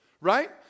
Right